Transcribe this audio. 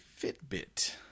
Fitbit